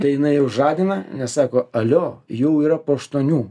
tai jinai jau žadina nes sako alio jau yra po aštuonių